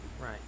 right